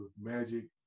magic